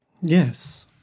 Yes